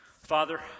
father